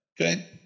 Okay